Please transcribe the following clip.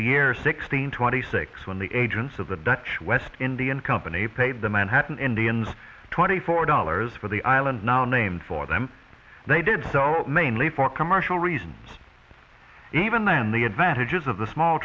the year sixteen twenty six when the agents of the dutch west indian company paid the manhattan indians twenty four dollars for the island now named for them they did mainly for commercial reasons even than the advantages of the small